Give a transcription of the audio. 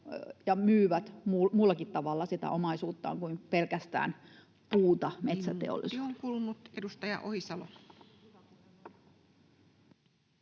ja myyvät muullakin tavalla sitä omaisuuttaan kuin pelkästään [Puhemies: Minuutti